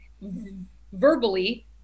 verbally